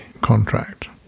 contract